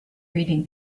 reading